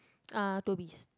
uh tourist